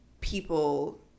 people